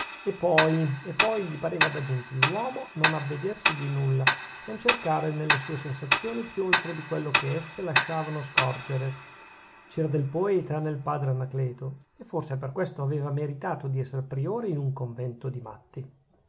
e poi e poi gli pareva da gentiluomo non avvedersi di nulla non cercare nelle sue sensazioni più oltre di quello che esse lasciavano scorgere c'era del poeta nel padre anacleto e forse per questo aveva meritato di esser priore in un convento di matti